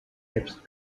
apps